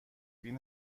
بین